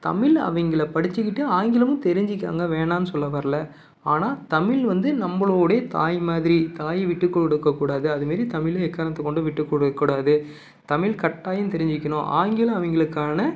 தமிழ் அவங்கள படிச்சிக்கிட்டு ஆங்கிலமும் தெரிஞ்சிக்கோங்க வேணான்னு சொல்ல வரல ஆனால் தமிழ் வந்து நம்மளோடைய தாய் மாதிரி தாயை விட்டுக் கொடுக்க கூடாது அது மாரி தமிழை எக்காரணத்தை கொண்டும் விட்டுக் கொடுக்க கூடாது தமிழ் கட்டாயம் தெரிஞ்சுக்கணும் ஆங்கிலம் அவங்களுக்கான